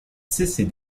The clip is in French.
cesser